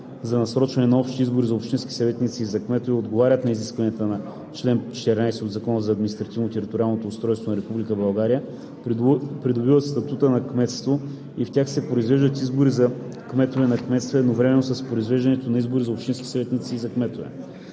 за насрочване на общи избори за общински съветници и за кметове отговарят на изискването на чл. 14 от Закона за административно-териториалното устройство на Република България, придобиват статут на кметство и в тях се произвеждат избори за кметове на кметства едновременно с произвеждането на избори за общински съветници и за кметове.